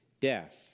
deaf